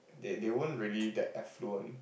they they weren't really that affluent